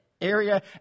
area